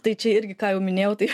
tai čia irgi ką jau minėjau tai